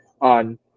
on